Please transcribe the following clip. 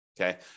Okay